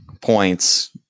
points